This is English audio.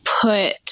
put